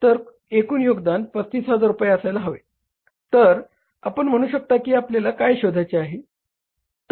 तर एकूण योगदान 35000 रुपये असायला हवे तर आपण म्हणू शकता की आपल्याला काय शोधायचे आहे